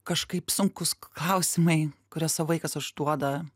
kažkaip sunkūs klausimai kuriuos tau vaikas užduoda